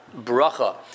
bracha